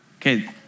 Okay